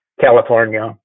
California